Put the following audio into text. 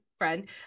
friend